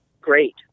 Great